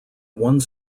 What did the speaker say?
one